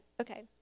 okay